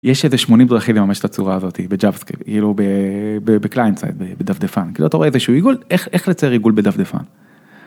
יש איזה 80 דרכים לממש את הצורה הזאתי בג'אווה סקריפט כאילו בקליינט סייד, בדפדפן אתה רואה איזה שהוא עיגול, איך לצייר עיגול בדפדפן.